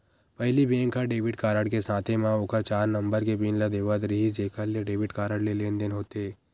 पहिली बेंक ह debit card के साथे म ओखर चार नंबर के पिन ल देवत रिहिस जेखर ले डेबिट कारड ले लेनदेन होथे